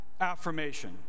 affirmation